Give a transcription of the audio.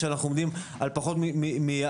שאנחנו עומדים על פחות מ-10%,